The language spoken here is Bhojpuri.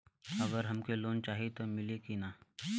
अगर हमके लोन चाही त मिली की ना?